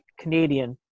Canadian